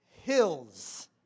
hills